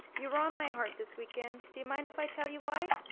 you were on my heart this weekend. do you mind if i tell you why?